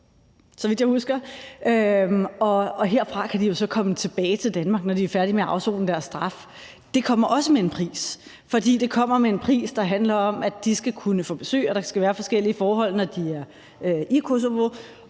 så vidt jeg husker, og herfra kan de så komme tilbage til Danmark, når de er færdige med at afsone deres straf. Det kommer også med en pris. Det kommer med en pris, der handler om, at de skal kunne få besøg, at der skal være forskellige forhold, når de er i Kosovo,